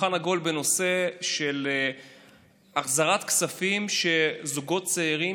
שולחן עגול בנושא החזרת כספים שזוגות צעירים